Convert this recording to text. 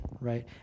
right